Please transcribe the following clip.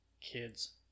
kids